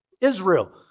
Israel